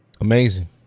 Amazing